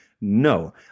No